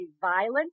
violent